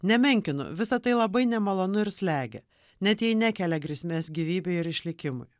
nemenkinu visa tai labai nemalonu ir slegia net jei nekelia grėsmės gyvybei ir išlikimui